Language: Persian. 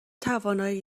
توانایی